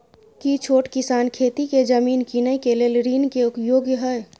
की छोट किसान खेती के जमीन कीनय के लेल ऋण के योग्य हय?